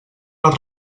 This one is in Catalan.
les